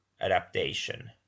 adaptation